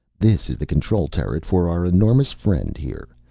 this is the control turret for our enormous friend here.